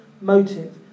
motive